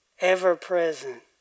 ever-present